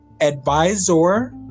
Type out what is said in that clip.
Advisor